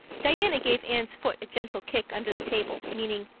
diana gave anne's foot a gentle kick under the table, meaning,